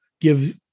give